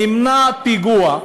שנמנע פיגוע.